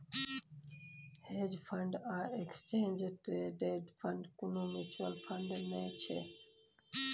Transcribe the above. hedge fund आ exchange traded fund कुनु mutual fund नै छै